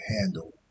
handle